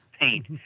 paint